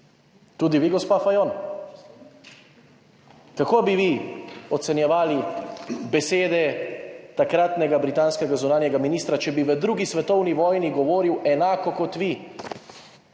Tudi vi, gospa Fajon? Tako bi vi ocenjevali besede takratnega britanskega zunanjega ministra, če bi v 2. svetovni vojni govoril enako kot vi,